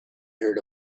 heard